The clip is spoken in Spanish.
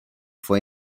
fue